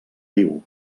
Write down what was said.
diu